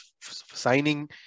signing